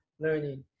learning